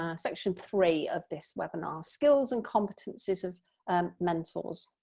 ah section three of this webinar skills and competences of mentors.